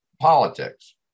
politics